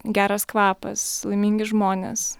geras kvapas laimingi žmonės